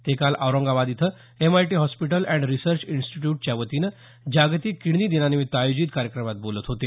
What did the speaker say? ते काल औरंगाबाद इथं एमआयटी हॉस्पिटल एण्ड रिसर्च इन्स्टिट्यूटच्या वतीनं जागतिक किडनी दिनानिमित्त आयोजित कार्यक्रमात बोलत होते